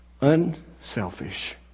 unselfish